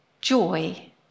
joy